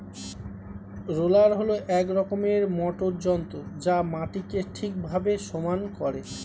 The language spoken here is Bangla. রোলার হল এক রকমের মোটর যন্ত্র যা মাটিকে ঠিকভাবে সমান করে